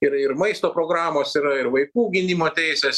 yra ir maisto programos yra ir vaikų gynimo teisės